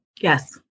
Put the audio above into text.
Yes